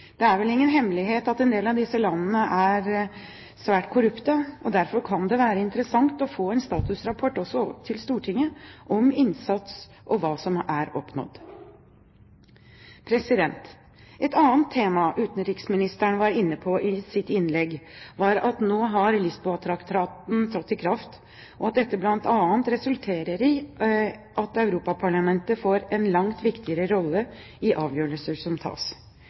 Det er vel ingen hemmelighet at en del av disse landene er svært korrupte, og derfor kan det være interessant å få en statusrapport til Stortinget om innsats og hva som er oppnådd. Et annet tema utenriksministeren var inne på i sitt innlegg, var at nå har Lisboa-traktaten trådt i kraft, og at dette bl.a. resulterer i at Europaparlamentet får en langt viktigere rolle i avgjørelsene som tas.